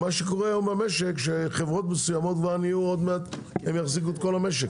מה שקורה היום במשק הוא שחברות מסוימות יחזיקו עוד מעט את כל המשק.